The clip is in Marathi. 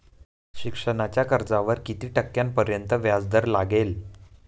शिक्षणाच्या कर्जावर किती टक्क्यांपर्यंत व्याजदर लागेल?